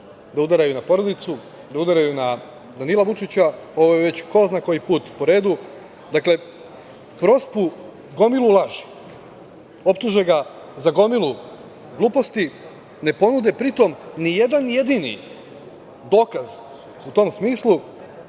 da udaraju na porodicu, da udaraju na Danila Vučića, ovo je već ko zna koji put po redu. Dakle, prospu gomilu laži, optuže ga za gomilu gluposti, ne ponude pri tom ni jedan jedini dokaz u tom smislu